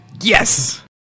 Yes